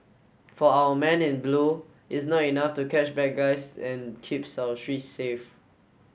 for our men in blue it's not enough to catch bad guys and keeps our streets safe